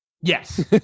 Yes